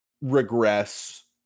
regress